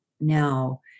now